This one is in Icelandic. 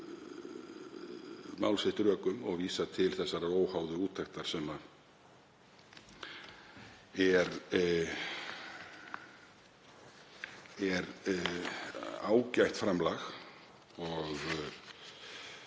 mál sitt rökum og vísa til þessarar óháðu úttektar sem er ágætt framlag.